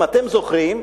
אם אתם זוכרים,